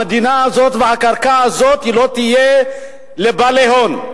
המדינה הזאת והקרקע הזאת לא יהיו לבעלי הון.